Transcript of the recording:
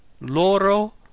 loro